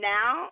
Now